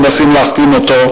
מנסים להכתים אותו,